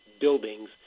buildings